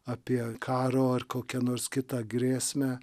apie karo ar kokią nors kitą grėsmę